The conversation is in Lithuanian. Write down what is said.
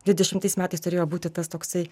dvidešimtais metais turėjo būti tas toksai